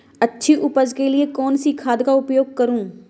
अच्छी उपज के लिए कौनसी खाद का उपयोग करूं?